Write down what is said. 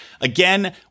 Again